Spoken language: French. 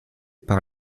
par